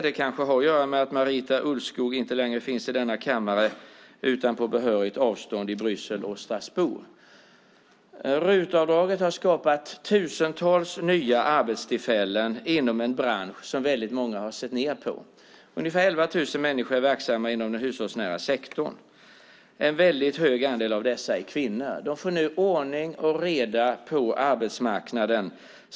Det kanske har att göra med att Marita Ulvskog inte längre finns i denna kammare utan på behörigt avstånd i Bryssel och Strasbourg. RUT-avdraget har skapat tusentals nya arbetstillfällen inom en bransch som många har sett ned på. Ungefär 11 000 människor är verksamma inom den hushållsnära sektorn. En väldigt hög andel av dessa är kvinnor. De får nu ordning och reda på arbetsmarknaden.